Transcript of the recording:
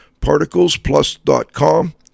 ParticlesPlus.com